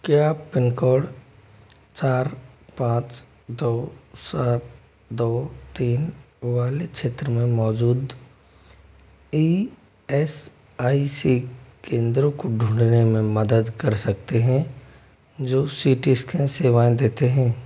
क्या आप pin code चार पाँच दो सात दो तीन वाले क्षेत्र में मौजूद ई एस आई सी केंद्रों को ढूँढने में मदद कर सकते हैं जो सी टी स्कैन सेवाएँ देते हैं